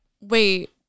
Wait